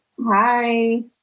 hi